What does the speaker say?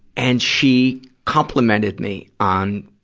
and she complimented me on,